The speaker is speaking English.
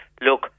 look